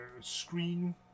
screen